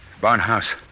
Barnhouse